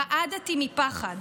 רעדתי מפחד,